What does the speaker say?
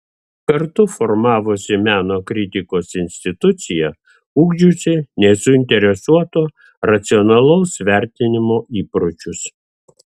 kartu formavosi meno kritikos institucija ugdžiusi nesuinteresuoto racionalaus vertinimo įpročius